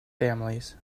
families